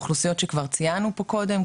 אוכלוסיות שכבר ציינו פה קודם,